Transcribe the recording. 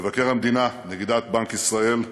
מבקר המדינה, נגידת בנק ישראל,